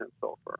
sulfur